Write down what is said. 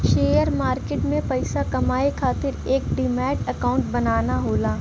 share market में पइसा कमाये खातिर एक डिमैट अकांउट बनाना होला